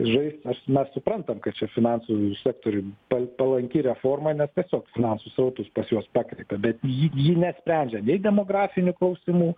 žaist aš mes suprantam kad čia finansų sektoriui pal palanki reforma nes tiesiog finansų srautus pas juos parkreipia bet ji ji nesprendžia nei demografinių klausimų